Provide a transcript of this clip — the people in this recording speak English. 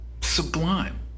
sublime